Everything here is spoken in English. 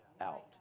out